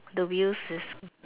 the wheels is